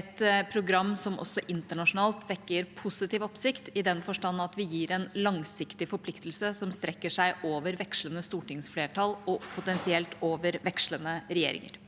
et program som også internasjonalt vekker positiv oppsikt, i den forstand at vi gir en langsiktig forpliktelse som strekker seg over vekslende stortingsflertall og potensielt over vekslende regjeringer.